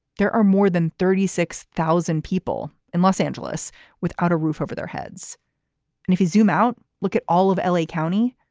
there are more than thirty six thousand people in los angeles without a roof over their heads. and if you zoom out, look at all of l a. county,